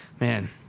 man